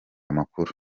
amakuru